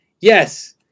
yes